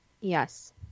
Yes